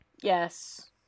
Yes